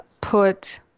put